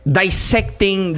dissecting